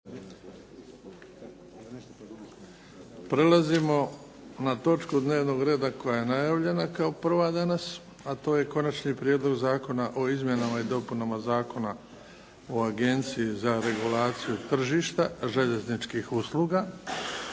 Prelazimo na točku dnevnog reda koja je najavljena kao prva danas, a to je - Prijedlog zakona o izmjenama i dopunama Zakona o Agenciji za regulaciju tržište željezničkih usluga